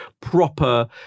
proper